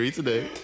today